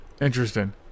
Interesting